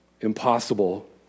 impossible